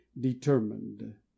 determined